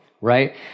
right